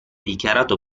dichiarato